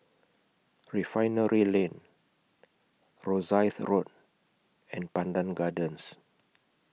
Refinery Lane Rosyth Road and Pandan Gardens